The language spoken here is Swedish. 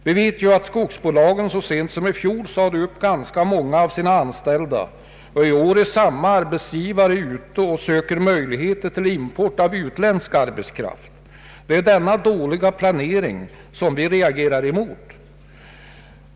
Vi vet att skogsbolagen så sent som i fjol sade upp ganska många av sina anställda och att samma arbetsgivare i år är ute och söker möjligheter till import av utländsk arbetskraft. Det är denna dåliga planering som vi reagerar emot.